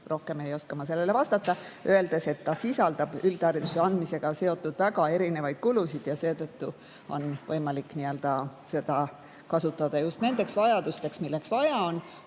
Rohkem ei oska ma sellele vastata. Ta ütles, et see sisaldab üldhariduse andmisega seotud väga erinevaid kulusid ja seetõttu on võimalik seda kasutada just nendeks vajadusteks, milleks vaja on.